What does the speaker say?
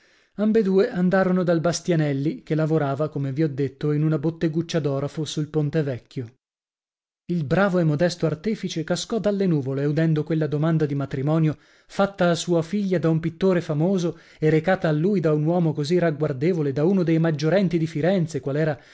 ambedue andarono dal bastianelli che lavorava come vi ho detto in una botteguccia d'orafo sul ponte vecchio il bravo e modesto artefice cascò dalle nuvole udendo quella domanda di matrimonio fatta a sua figlia da un pittore famoso e recata a lui da un uomo così ragguardevole da uno dei maggiorenti di firenze